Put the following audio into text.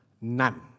none